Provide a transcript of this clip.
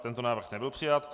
Tento návrh nebyl přijat.